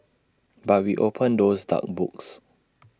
but we opened those dark books